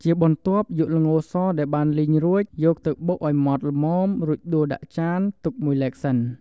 ជាបន្ទាប់យកល្ងរសដែលបានលីងរួចយកទៅបុកឲ្យម៉ត់ល្មមរួចដួសដាក់ចានទុកមួយឡែកសិន។